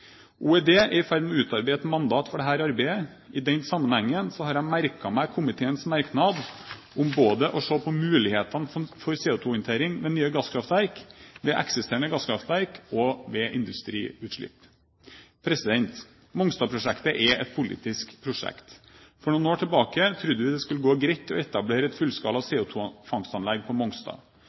OED er i ferd med å utarbeide et mandat for dette arbeidet. I den sammenheng har jeg merket meg komiteens merknad om å se på mulighetene for CO2-håndtering ved nye gasskraftverk, ved eksisterende gasskraftverk og ved industriutslipp. Mongstad-prosjektet er et politisk prosjekt. For noen år tilbake trodde vi det skulle gå greit å etablere et fullskala CO2-fangstanlegg på Mongstad.